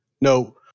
No